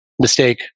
mistake